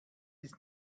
ist